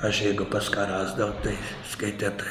aš jeigu pas ką rasdavau tai skaitėt